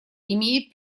имеет